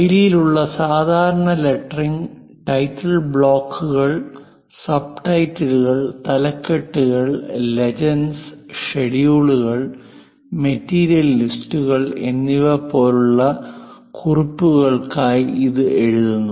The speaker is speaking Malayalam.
ശൈലിയിലുള്ള സാധാരണ ലെറ്ററിങ്ൽ ടൈറ്റിൽ ബ്ലോക്കുകൾ സബ്ടൈറ്റിലുകൾ തലക്കെട്ടുകൾ ലെജൻഡസ് ഷെഡ്യൂളുകൾ മെറ്റീരിയൽ ലിസ്റ്റുകൾ എന്നിവ പോലുള്ള കുറിപ്പുകൾക്കായി ഇത് എഴുതുന്നു